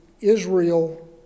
Israel